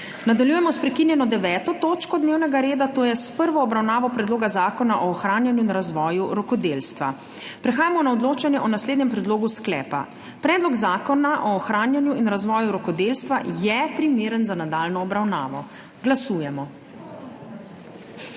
Nadaljujemo s prekinjeno 9. točko dnevnega reda, to je s prvo obravnavo Predloga zakona o ohranjanju in razvoju rokodelstva. Prehajamo na odločanje o naslednjem predlogu sklepa: Predlog zakona o ohranjanju in razvoju rokodelstva je primeren za nadaljnjo obravnavo. Glasujemo.